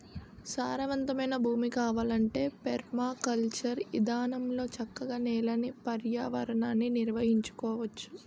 సారవంతమైన భూమి కావాలంటే పెర్మాకల్చర్ ఇదానంలో చక్కగా నేలని, పర్యావరణాన్ని నిర్వహించుకోవచ్చు